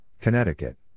Connecticut